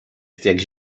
jest